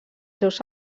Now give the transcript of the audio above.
seus